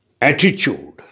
attitude